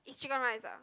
is chicken rice ah